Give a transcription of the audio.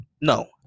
No